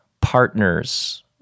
partners